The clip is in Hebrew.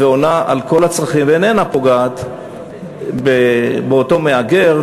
עונה על כל הצרכים ואיננה פוגעת באותו מהגר,